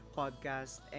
podcast